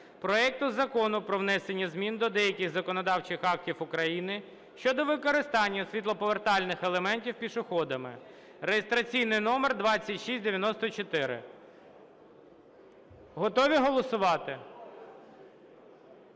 проект Закону про внесення змін до деяких законодавчих актів України щодо використання світлоповертальних елементів пішоходами (реєстраційний номер 2694). Метою законопроекту